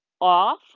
off